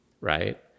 right